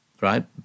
right